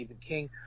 King